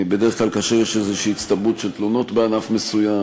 בדרך כלל כאשר יש איזו הצטברות של תלונות בענף מסוים.